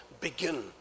begin